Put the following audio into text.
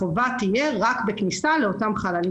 החובה תהיה רק בכניסה לאותם חללים